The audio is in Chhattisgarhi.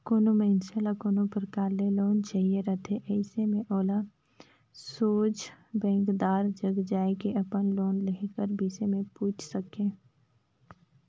कोनो मइनसे ल कोनो परकार ले लोन चाहिए रहथे अइसे में ओला सोझ बेंकदार जग जाए के अपन लोन लेहे कर बिसे में पूइछ सके